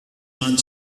man